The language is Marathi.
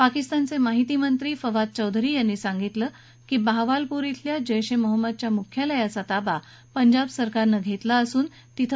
पाकिस्तानचे माहिती मंत्री फवाद चौधरी यांनी सांगितलं की बाहवालपूर अल्या जैश ए महम्मदच्या मुख्यालयाचा ताबा पंजाब सरकारनं घेतला असून तिथं प्रशासक नेमला आहे